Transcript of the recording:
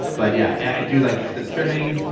but yeah, i do like just the trimming.